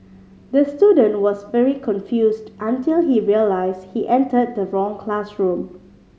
the student was very confused until he realised he entered the wrong classroom